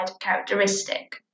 characteristic